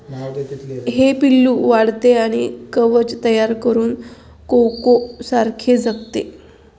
हे पिल्लू वाढते आणि कवच तयार करून कोकोसारखे जगते